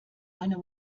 eine